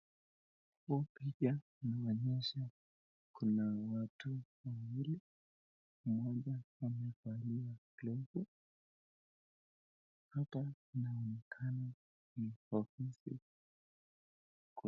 Huu picha inaonyesha kuna watu wawili, moja amevalia glovu hata inaoeneakana ni ofisi.